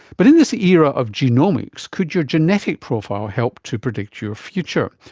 but in this era of genomics, could your genetic profile help to predict your future?